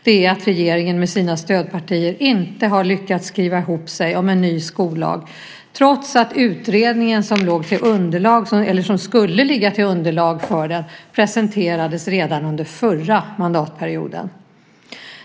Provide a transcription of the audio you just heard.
Det är att regeringen med sina stödpartier inte har lyckats skriva ihop sig om en ny skollag, trots att utredningen som skulle ligga till grund för den presenterades redan under förra mandatperioden.